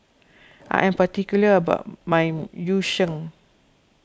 I am particular about my Yu Sheng